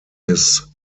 his